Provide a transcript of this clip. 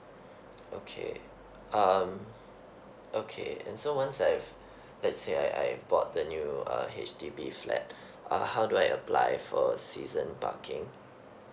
okay um okay and so once I have let's say I I bought the new err H_D_B flat uh how do I apply for season parking